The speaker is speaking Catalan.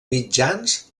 mitjans